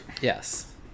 Yes